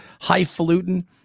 highfalutin